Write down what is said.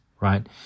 right